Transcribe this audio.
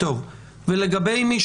לגבי מי